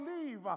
leave